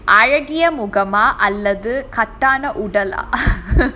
அழகிய முகமா இல்லை கட்டான உடலா:alakiya mugamaa illa kattaana udalaa